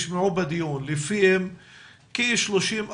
הדיון מתקיים גם בעקבות פנייתה של חברת הכנסת תמר זנדברג